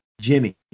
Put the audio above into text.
Jimmy